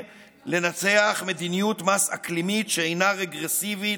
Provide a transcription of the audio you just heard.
לנסח מדיניות מס אקלימית שאינה רגרסיבית,